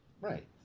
Right